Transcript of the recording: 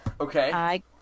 Okay